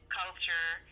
culture